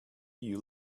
you